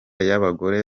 y’abagore